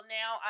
now